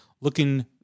looking